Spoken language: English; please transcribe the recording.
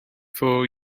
for